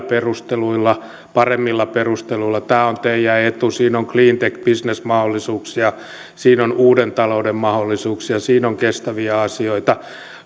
perusteluilla paremmilla perusteluilla tämä on teidän etu siinä on cleantech bisnesmahdollisuuksia siinä on uuden talouden mahdollisuuksia siinä on kestäviä asioita